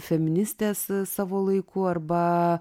feministės savo laiku arba